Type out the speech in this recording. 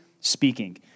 speaking